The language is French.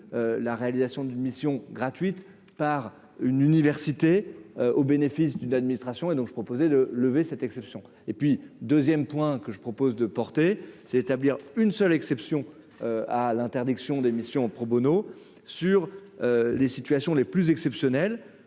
la réalisation d'une mission gratuite par. Une université au bénéfice d'une administration et donc j'ai proposé de lever cette exception et puis 2ème point que je propose de porter, c'est d'établir une seule exception à l'interdiction d'émission pro Bono sur les situations les plus exceptionnel